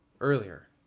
earlier